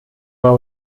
war